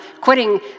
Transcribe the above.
quitting